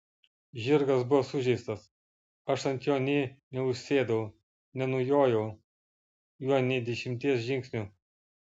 žirgas buvo sužeistas aš ant jo nė neužsėdau nenujojau juo nė dešimties žingsnių